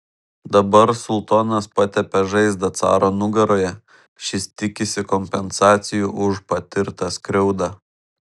dabar sultonas patepė žaizdą caro nugaroje šis tikisi kompensacijų už patirtą skriaudą